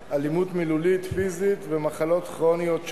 אלימות מילולית ופיזית ומחלות כרוניות שונות.